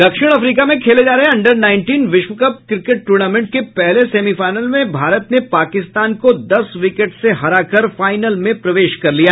दक्षिण अफ्रीका में खेली जा रही अंडर नाईनटीन विश्व कप टूर्नामेंट के पहले सेमीफाइनल में भारत ने पाकिस्तान को दस विकेट से हराकर फाइनल में प्रवेश कर लिया